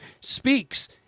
speaks